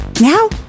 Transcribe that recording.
Now